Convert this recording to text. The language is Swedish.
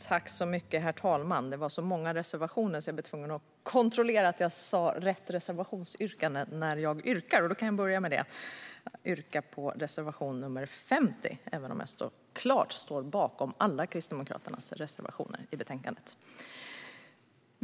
Herr talman! Det finns så många reservationer i betänkandet att jag var tvungen att kontrollera vilket reservationsyrkande jag ska yrka bifall till. Jag börjar alltså med att göra det och yrkar bifall till reservation 50, men jag står såklart bakom Kristdemokraternas alla reservationer i betänkandet.